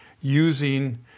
using